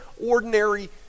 ordinary